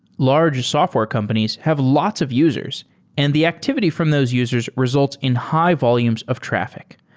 large software companies have lots of users and the activity from those users results in high-volumes of traffi c.